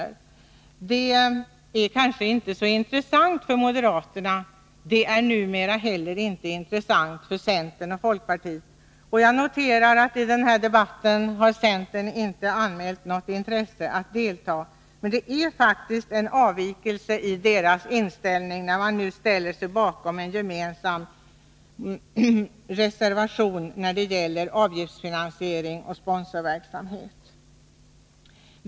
Det är kanske inte så intressant för moderaterna. Det är numera tydligen inte heller intressant för centern och folkpartiet. Jag noterar att centern inte har anmält något intresse av att delta i denna debatt. Det innebär faktiskt en avvikelse från centerpartiets tidigare inställning, när man nu ställer sig bakom en gemensam borgerlig reservation när det gäller avgiftsfinansiering och sponsorverksamhet.